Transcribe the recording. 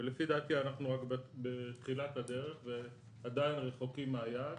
ולפי דעתי אנחנו רק בתחילת הדרך ועדיין רחוקים מהיעד.